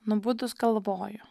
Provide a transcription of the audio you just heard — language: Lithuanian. nubudus galvoju